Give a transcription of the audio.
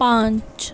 پانچ